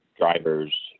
drivers